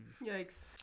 yikes